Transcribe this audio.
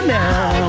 now